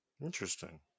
Interesting